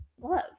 love